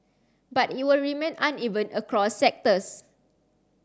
but it will remain uneven across sectors